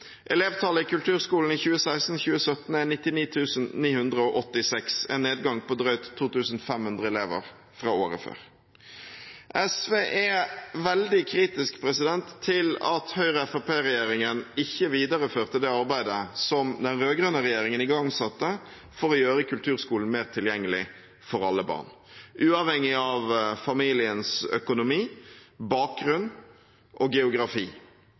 Elevtallet i kulturskolen i 2016/2017 er 99 986, en nedgang på drøyt 2 500 elever fra året før. SV er veldig kritisk til at Høyre–Fremskrittsparti-regjeringen ikke videreførte det arbeidet som den rød-grønne regjeringen igangsatte for å gjøre kulturskolen mer tilgjengelig for alle barn uavhengig av familiens økonomi, bakgrunn og geografi,